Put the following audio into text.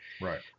right